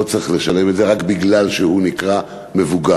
לא צריך לשלם את זה רק בגלל שהוא נקרא מבוגר.